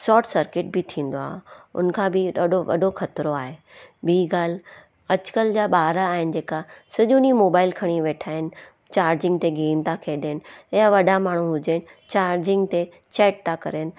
shot circuit बि थींदो आहे उनखां बि ॾाढो वॾो खतरो आहे ॿी ॻाल्हि अॼुकल्ह जा ॿार आहिनि जेका सॼो ॾींहुं मोबाइल खणी वेठा आहिनि चार्जिंग ते गेम था खेॾणु या वॾा माण्हू हुजनि चार्जिंग ते चैट था करनि